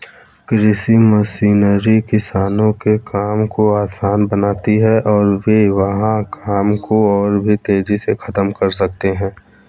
कृषि मशीनरी किसानों के काम को आसान बनाती है और वे वहां काम को और भी तेजी से खत्म कर सकते हैं